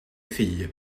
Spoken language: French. fille